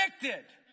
addicted